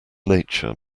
nature